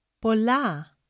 Pola